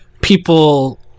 people